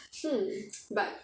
hmm but